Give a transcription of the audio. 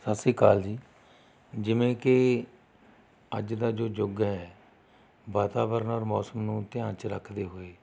ਸਤਿ ਸ਼੍ਰੀ ਅਕਾਲ ਜੀ ਜਿਵੇਂ ਕਿ ਅੱਜ ਦਾ ਜੋ ਯੁੱਗ ਹੈ ਵਾਤਾਵਰਨ ਔਰ ਮੌਸਮ ਨੂੰ ਧਿਆਨ ਵਿੱਚ ਰੱਖਦੇ ਹੋਏ